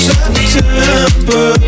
September